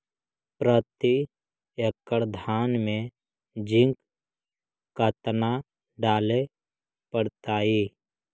प्रती एकड़ धान मे जिंक कतना डाले पड़ताई?